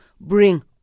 bring